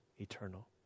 eternal